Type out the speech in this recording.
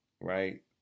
right